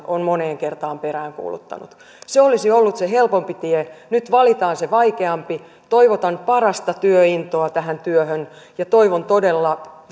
on moneen kertaan peräänkuuluttanut se olisi ollut se helpompi tie nyt valitaan se vaikeampi toivotan parasta työintoa tähän työhön ja toivon todella